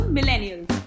Millennials